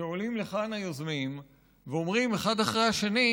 כשעולים לכאן היוזמים ואומרים אחד אחרי השני: